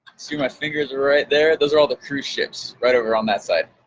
see my fingers are right there. those are all the cruise ships right over on that side.